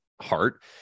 heart